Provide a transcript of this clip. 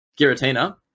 giratina